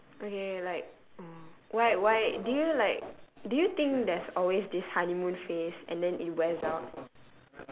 okay like oh why why do you like do you think there's always this honeymoon phase and then it wears out